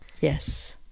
Yes